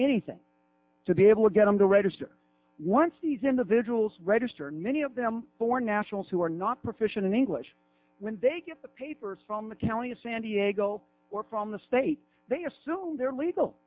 anything to be able to get them to register once these individuals register and many of them for nationals who are not proficient in english when they get the papers from the county of san diego or from the state they assume they're legal